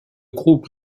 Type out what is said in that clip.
groupe